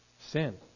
sin